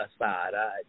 aside